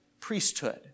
priesthood